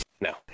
No